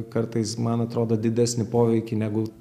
kartais man atrodo didesnį poveikį negu